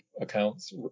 accounts